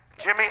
Jimmy